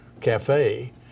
Cafe